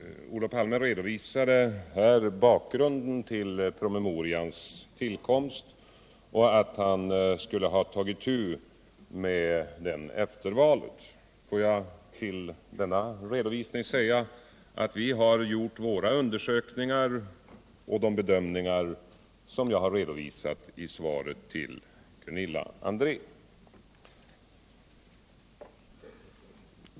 Herr talman! Olof Palme redovisade bakgrunden till promemorians tillkomst och sade att han skulle ha tagit itu med den efter valet. Låt mig till denna redovisning säga att vi har gjon våra undersökningar och de bedömningar som jag har redovisat i svaret till Gunilla André.